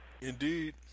indeed